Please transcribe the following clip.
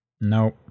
No